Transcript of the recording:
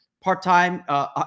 part-time